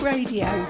Radio